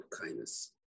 kindness